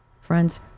friends